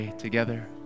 together